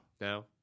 no